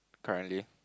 currently